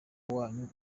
wanyu